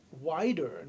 wider